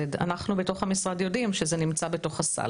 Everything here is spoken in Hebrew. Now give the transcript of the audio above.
Z. אנחנו בתוך המשרד יודעים שזה נמצא בתוך הסל.